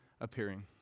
appearing